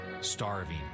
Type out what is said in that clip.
starving